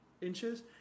inches